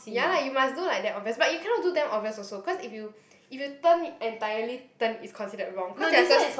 ya lah you must do like that obvious but you cannot do damn obvious also cause if you if you turn it entirely turn is considered wrong cause they are just